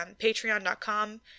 patreon.com